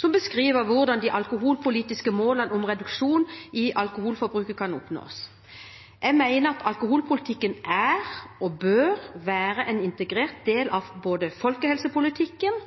som beskriver hvordan de alkoholpolitiske målene om reduksjon i alkoholforbruket kan oppnås. Jeg mener at alkoholpolitikken er og bør være en integrert del av både folkehelsepolitikken